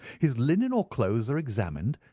his linen or clothes are examined,